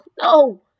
no